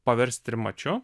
paverst trimačiu